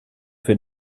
für